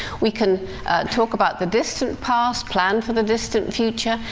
we can talk about the distant past, plan for the distant future,